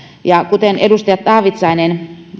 ja kuten edustajat taavitsainen